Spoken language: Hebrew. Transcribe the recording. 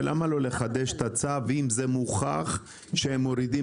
ולמה לא לחדש את הצו אם זה מוכח שהם מורידים